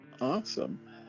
Awesome